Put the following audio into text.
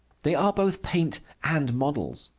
they are both paint and models.